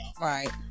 Right